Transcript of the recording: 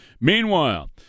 Meanwhile